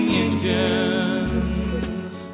engines